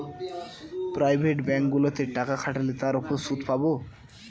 private ব্যাঙ্কগুলোতে টাকা খাটালে তার উপর সুদ পাবো